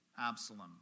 Absalom